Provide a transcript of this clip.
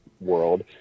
world